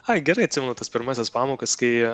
ai gerai atsimenu tas pirmąsias pamokas kai